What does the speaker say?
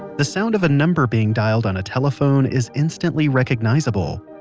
the sound of a number being dialed on a telephone is instantly recognizable.